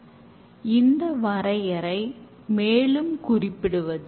increment development waterfall மாடலின் பல குறைகளை நீக்க வல்லது